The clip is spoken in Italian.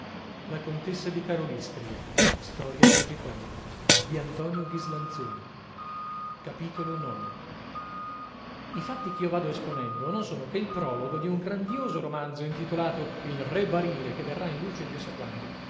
questo i tre valentuomini discesero dal campanile capitolo i fatti ch'io vado esponendo non sono che il prologo di un grandioso romanzo intitolato il re barile che verrà in luce dio sa quando